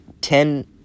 Ten